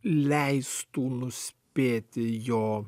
leistų nuspėti jo